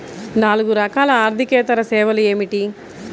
నాలుగు రకాల ఆర్థికేతర సేవలు ఏమిటీ?